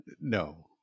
No